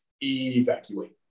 evacuate